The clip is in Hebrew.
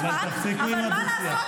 אז תפסיקי להפריע בנאומים.